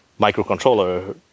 microcontroller